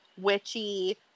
witchy